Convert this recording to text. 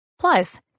Plus